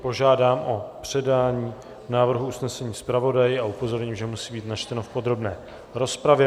Opět požádám o předání návrhu usnesení zpravodaji a upozorňuji, že musí být načteno v podrobné rozpravě.